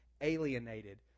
alienated